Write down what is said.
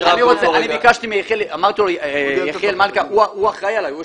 יחיאל מלכה, הוא אחראי עלי.